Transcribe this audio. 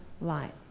light